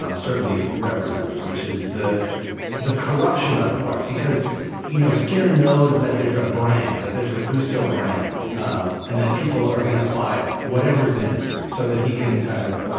um certainly represents, which is the the corruption of art because you know skinner knows that there's a brand, that there's the gusteau brand um and that people are gonna buy it, whatever's in it, so that he can kind of